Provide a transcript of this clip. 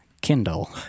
Kindle